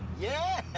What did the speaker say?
yeah,